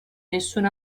nessun